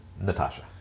Natasha